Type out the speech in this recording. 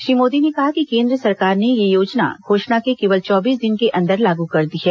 श्री मोदी ने कहा कि केन्द्र सरकार ने यह योजना घोषणा के केवल चौबीस दिन के अंदर लागू कर दी है